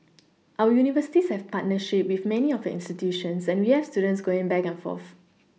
our universities have partnership with many of institutions and we have students going back and forth